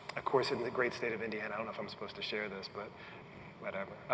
of course in the great state of indiana i don't know if i'm supposed to share this, but whatever.